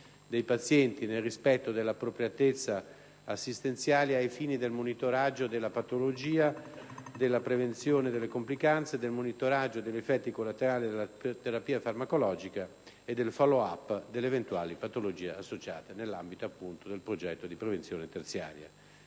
dei pazienti, nel rispetto dell'appropriatezza assistenziale e ai fini del monitoraggio della patologia, della prevenzione delle complicanze, del monitoraggio degli effetti collaterali della terapia farmacologia e del *follow up* delle eventuali patologie associate, nell'ambito appunto del progetto di prevenzione terziaria.